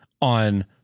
on